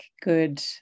good